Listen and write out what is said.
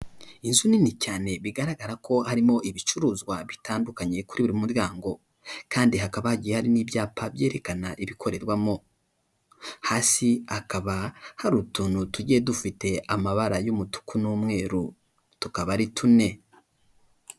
Inzu nini cyane bigaragara ko harimo ibicuruzwa bitandukanye kuri buri muryango kandi hakaba hagiye harimo ibyapa byerekana ibikorerwamo hasi hakaba hari utuntu tugiye dufite amabara y'umutuku n'umweru tukaba ari tune.